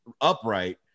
upright